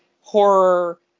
horror